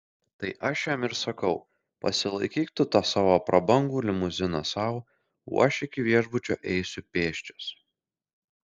tai aš jam ir sakau pasilaikyk tu tą savo prabangu limuziną sau o aš iki viešbučio eisiu pėsčias